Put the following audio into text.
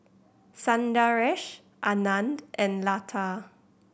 Sundaresh Anand and Lata